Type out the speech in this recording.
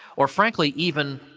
or frankly even